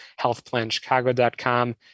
healthplanchicago.com